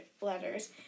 letters